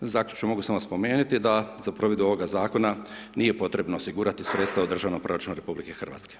Da zaključim, mogu samo spomenuti da za provedbu ovog zakona nije potrebno osigurati sredstva u državnom proračunu RH.